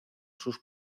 sus